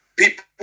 People